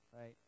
right